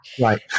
Right